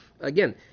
Again